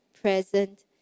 Present